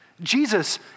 Jesus